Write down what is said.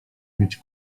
mieć